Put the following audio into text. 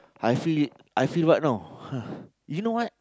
I feel I feel what know you know what